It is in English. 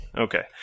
Okay